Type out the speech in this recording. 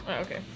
Okay